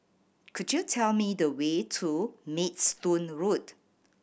could you tell me the way to Maidstone Road